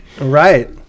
Right